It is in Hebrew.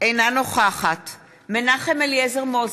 אינה נוכחת מנחם אליעזר מוזס,